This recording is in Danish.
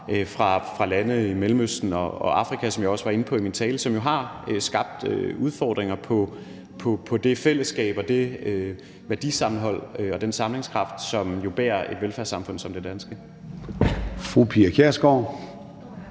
fra lande i Mellemøsten og Afrika, som jeg også var inde på i min tale, og som har skabt udfordringer for det fællesskab, det værdisammenhold og den sammenhængskraft, som jo bærer et velfærdssamfund som det danske.